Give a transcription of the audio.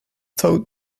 thought